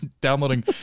downloading